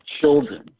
children